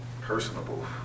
Personable